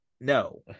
No